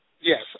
Yes